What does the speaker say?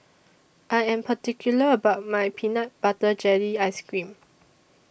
I Am particular about My Peanut Butter Jelly Ice Cream